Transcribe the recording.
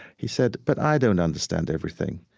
he said, but i don't understand everything.